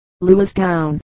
Lewistown